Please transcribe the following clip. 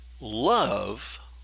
love